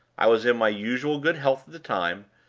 i was in my usual good health at the time,